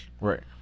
Right